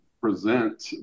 present